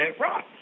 rock